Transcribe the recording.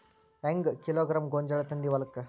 ಹೆಂಗ್ ಕಿಲೋಗ್ರಾಂ ಗೋಂಜಾಳ ತಂದಿ ಹೊಲಕ್ಕ?